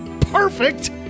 Perfect